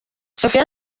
sophie